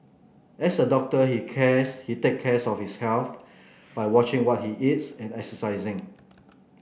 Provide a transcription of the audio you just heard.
as a doctor he cares he take cares of his health by watching what he eats and exercising